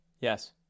Yes